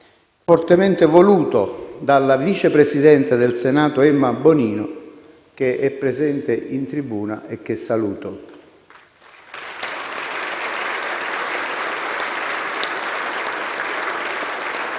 fortemente voluto dalla vice presidente del Senato Emma Bonino, che è presente in tribuna e che saluto.